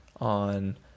on